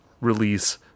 release